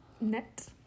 Net